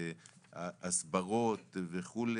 הסברות וכו',